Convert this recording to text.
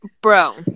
Bro